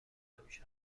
همیشه